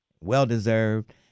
Well-deserved